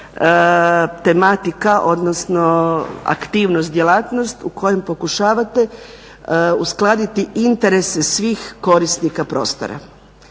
tematika, odnosno aktivnost, djelatnost u kojem pokušavate uskladiti interese svih korisnika prostora.